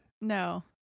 No